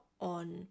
on